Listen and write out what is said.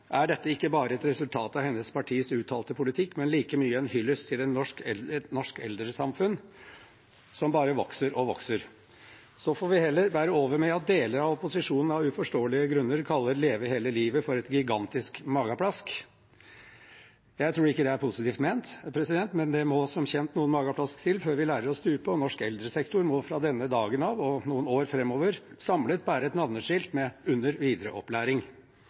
er Leve hele livet, er dette ikke bare et resultat av hennes partis uttalte politikk, men like mye en hyllest til et norsk eldresamfunn som bare vokser og vokser. Så får vi heller bære over med at deler av opposisjonen av uforståelige grunner kaller Leve hele livet for et gigantisk mageplask. Jeg tror ikke det er positivt ment, men det må som kjent noen mageplask til før vi lærer å stupe, og norsk eldresektor må fra denne dagen av og noen år framover samlet bære et navneskilt med teksten «under videre opplæring».